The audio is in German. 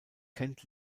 kennt